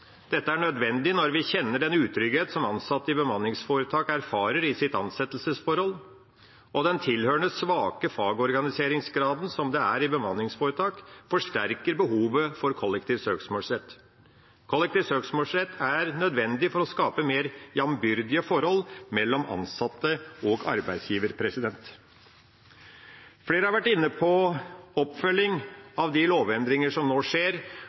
Dette er nødvendig når vi kjenner den utryggheten som ansatte i bemanningsforetak erfarer i sitt ansettelsesforhold, og den tilhørende svake fagorganiseringsgraden som det er i bemanningsforetak, forsterker behovet for kollektiv søksmålsrett. Kollektiv søksmålsrett er nødvendig for å skape et mer jevnbyrdig forhold mellom ansatte og arbeidsgiver. Flere har vært inne på oppfølgingen av de lovendringene som nå skjer,